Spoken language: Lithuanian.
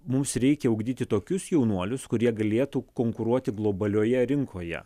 mums reikia ugdyti tokius jaunuolius kurie galėtų konkuruoti globalioje rinkoje